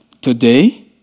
Today